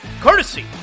Courtesy